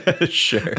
Sure